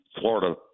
Florida